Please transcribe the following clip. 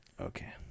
okay